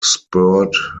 spurred